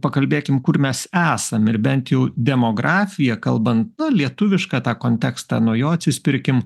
pakalbėkim kur mes esam ir bent jau demografija kalbant na lietuvišką tą kontekstą nuo jo atsispirkim